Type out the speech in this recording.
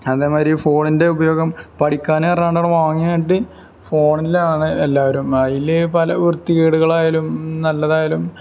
അതേ മാതിരി ഫോണിൻ്റെ ഉപയോഗം പഠിക്കാനാന്ന് പറഞ്ഞുകൊണ്ട് വാങ്ങിയിട്ട് ഫോണിലാണ് എല്ലാവരും അതിൽ പല വൃത്തികേടുകളായാലും നല്ലതായാലും